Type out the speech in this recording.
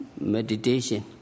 meditation